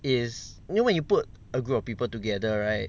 it's you know when you put a group of people together right